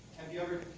have you ever,